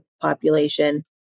population